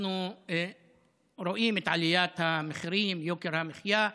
אנחנו רואים את עליית המחירים, יוקר המחיה.